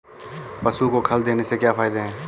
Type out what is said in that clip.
पशु को खल देने से क्या फायदे हैं?